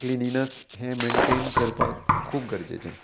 cleanliness हें maintain करपाक खूब गरजेचें